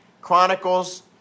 Chronicles